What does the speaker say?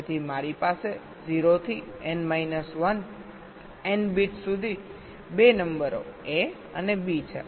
તેથી મારી પાસે 0 થી n માઇનસ 1 n બિટ્સ સુધી 2 નંબરો A અને B છે